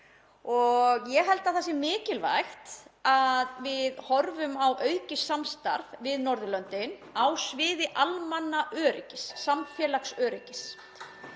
Ég held að það sé mikilvægt að við horfum á aukið samstarf við Norðurlöndin á sviði almannaöryggis, samfélagsöryggis.